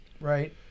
Right